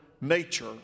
nature